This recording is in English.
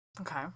Okay